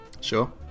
Sure